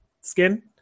skin